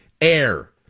air